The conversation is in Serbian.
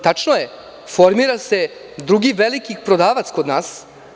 Tačno je, formira se drugi veliki prodavac kod nas.